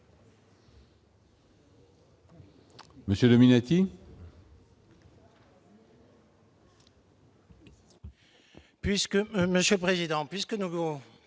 Monsieur Dominati.